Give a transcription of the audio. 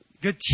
good